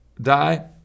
die